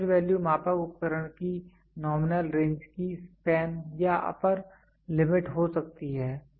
fiducial value मापक उपकरण की नॉमिनल रेंज की स्पेन या अप्पर लिमिट हो सकती है